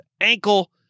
ankle